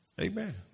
Amen